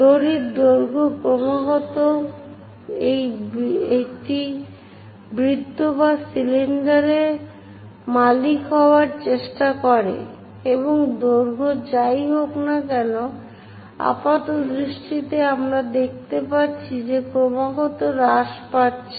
দড়ির দৈর্ঘ্য ক্রমাগতভাবে এটি বৃত্ত বা সিলিন্ডারের মালিক হওয়ার চেষ্টা করে এবং দৈর্ঘ্য যাই হোক না কেন আপাতদৃষ্টিতে আমরা দেখতে যাচ্ছি যে ক্রমাগত হ্রাস পাচ্ছে